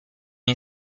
hai